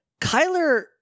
Kyler